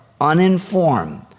uninformed